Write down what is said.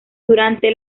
durante